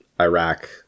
Iraq